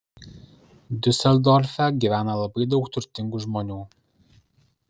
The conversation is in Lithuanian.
diuseldorfe gyvena labai daug turtingų žmonių